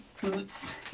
boots